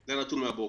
זה נתון מהבוקר.